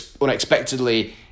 unexpectedly